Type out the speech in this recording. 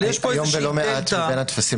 אבל יש פה איזשהו דלתא --- היום בלא מעט מבין הטפסים